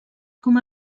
com